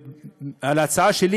על ההצעה שלי